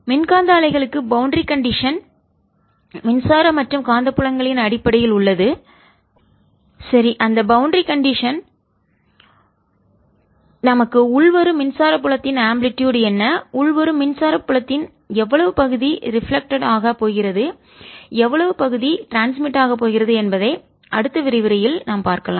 மின்காந்த அலைகளுக்கு boundary condition எல்லை நிலைமைகள் மின்சார மற்றும் காந்தப்புலங்களின் அடிப்படையில் உள்ளது சரி அந்த பவுண்டரி கண்டிஷன் எல்லை நிலைமைகள் நமக்கு உள்வரும் மின்சார புலத்தின் ஆம்பிளிடுயுட்அலைவீச்சுஎன்ன உள்வரும் மின்சார புலத்தின் எவ்வளவு பகுதிபின்னம் ரிஃப்ளெக்ட்டட் ஆக பிரதிபலிக்க போகிறது எவ்வளவு பகுதிபின்னம் ட்ரான்ஸ்மிட்டட் ஆக பரவப்போகிறது என்பதை அடுத்த விரிவுரையில் நாம் பார்க்கலாம்